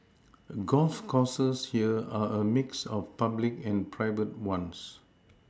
golf courses here are a mix of public and private ones